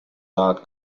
dot